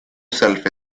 self